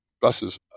buses